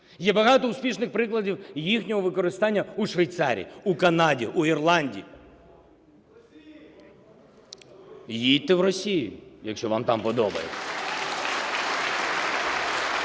Є багато успішних прикладів їхнього використання у Швейцарії, у Канаді, у Ірландії. (Шум у залі) Їдьте в Росію, якщо вам там подобається.